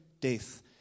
death